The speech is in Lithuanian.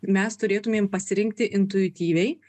mes turėtumėm pasirinkti intuityviai